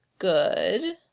good.